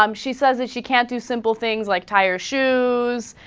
um she says that she can't do simple things like tire shows